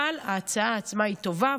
אבל ההצעה עצמה טובה,